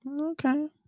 okay